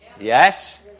Yes